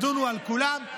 ידונו על כולן,